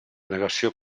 negació